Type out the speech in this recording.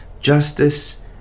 justice